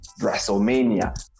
WrestleMania